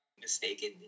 mistaken